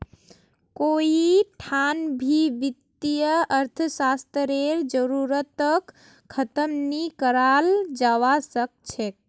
कोई ठान भी वित्तीय अर्थशास्त्ररेर जरूरतक ख़तम नी कराल जवा सक छे